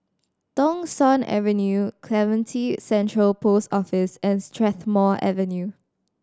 Thong Soon Avenue Clementi Central Post Office and Strathmore Avenue